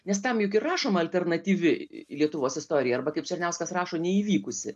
nes tam juk ir rašoma alternatyvi lietuvos istorija arba kaip černiauskas rašo neįvykusi